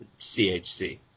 CHC